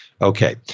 Okay